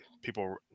People